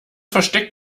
versteck